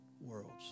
worlds